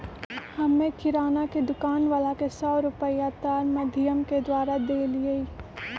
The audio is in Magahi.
हम्मे किराना के दुकान वाला के सौ रुपईया तार माधियम के द्वारा देलीयी